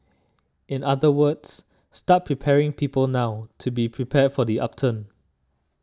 in other words start preparing people now to be prepared for the upturn